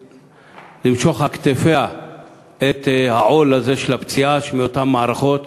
על כתפיה את העול הזה של הפציעה באותן מערכות,